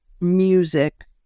music